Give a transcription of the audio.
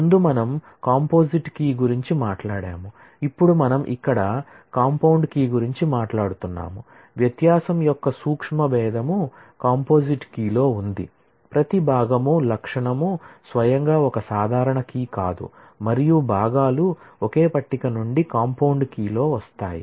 ముందు మనం composite key లో వస్తాయి